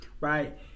Right